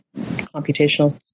computational